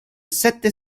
sette